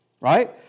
right